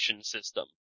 system